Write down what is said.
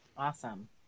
Awesome